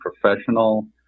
professional